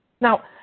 Now